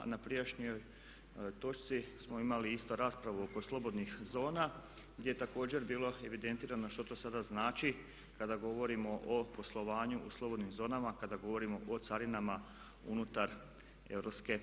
Na prijašnjoj točci smo imali isto raspravu oko slobodnih zona gdje je također bilo evidentirano što to sada znači kada govorimo o poslovanju o slobodnim zonama, kada govorimo o carinama unutar EU.